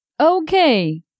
Okay